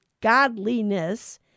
godliness